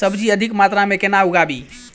सब्जी अधिक मात्रा मे केना उगाबी?